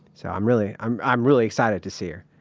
so, i'm really, i'm i'm really excited to see her.